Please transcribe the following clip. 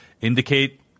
indicate